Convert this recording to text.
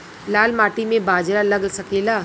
लाल माटी मे बाजरा लग सकेला?